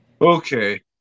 Okay